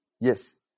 Yes